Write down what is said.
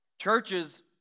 Churches